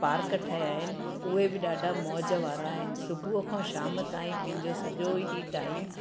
park ठहिया आहिनि उहे बि ॾाढा मौज वारा आहिनि सुबुह खां शाम ताईं पंहिंजो सॼो ई टाइम